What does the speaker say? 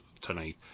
tonight